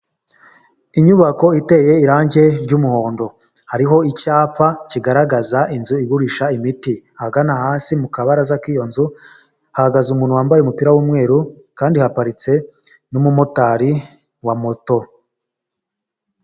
Inyubako iteye irangi ry'umuhondo hariho icyapa kigaragaza inzu igurisha imiti ahagana hasi mu kabaraza k'iyo nzu hahagaze umuntu wambaye umupira w'umweru kandi haparitse n'umumotari wa moto.